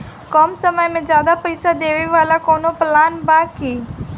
कम समय में ज्यादा पइसा देवे वाला कवनो प्लान बा की?